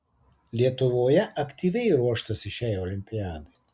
lietuvoje aktyviai ruoštasi šiai olimpiadai